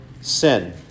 sin